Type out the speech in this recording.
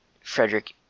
Frederick